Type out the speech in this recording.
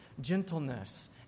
gentleness